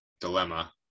dilemma